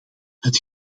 het